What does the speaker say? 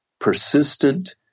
persistent